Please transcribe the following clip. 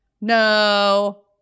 no